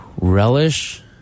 Relish